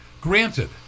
granted